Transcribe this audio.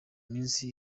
minsi